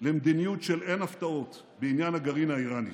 למדיניות של "אין הפתעות" בעניין הגרעין האיראני.